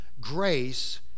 grace